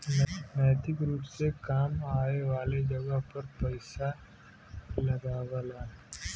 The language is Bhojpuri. नैतिक रुप से काम आए वाले जगह पर पइसा लगावला